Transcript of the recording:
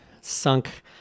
sunk